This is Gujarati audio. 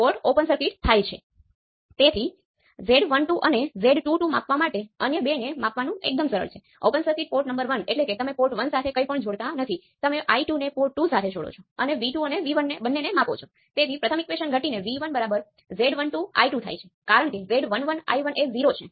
આવા અન્ય ઉદાહરણોની સંખ્યા છે જ્યાં કેટલાક પેરામિટર ડિફાઇન છે અને કેટલાક અન્ય નથી